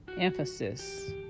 emphasis